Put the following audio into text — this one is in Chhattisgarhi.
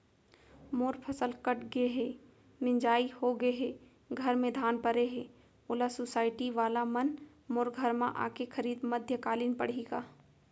मोर फसल कट गे हे, मिंजाई हो गे हे, घर में धान परे हे, ओला सुसायटी वाला मन मोर घर म आके खरीद मध्यकालीन पड़ही का?